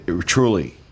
Truly